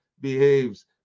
behaves